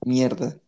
Mierda